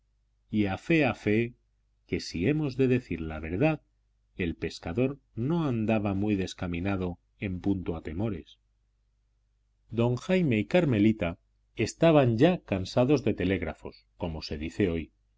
a fe a fe que si hemos de decir la verdad el pescador no andaba muy descaminado en punto a temores don jaime y carmelita estaban ya cansados de telégrafos como se dice hoy